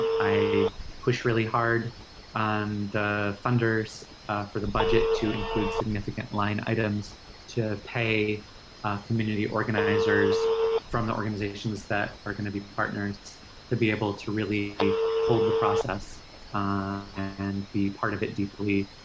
i push really hard and funders for the budget to include significant line items to pay community organizers from the organizations that are gonna be partners to be able to really hold the process and be part of it deeply.